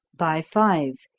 by five,